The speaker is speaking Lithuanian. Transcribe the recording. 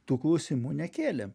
tų klausimų nekėlėm